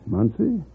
Muncie